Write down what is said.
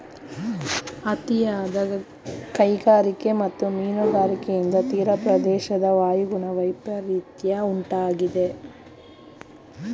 ಅತಿಯಾದ ಕೈಗಾರಿಕೆ ಮತ್ತು ಮೀನುಗಾರಿಕೆಯಿಂದ ತೀರಪ್ರದೇಶದ ವಾಯುಗುಣ ವೈಪರಿತ್ಯ ಉಂಟಾಗಿದೆ